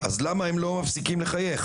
אז למה הם לא מפסיקים לחייך